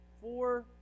four